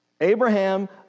Abraham